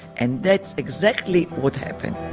and that's exactly what happened